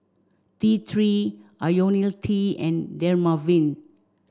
T Three Ionil T and Dermaveen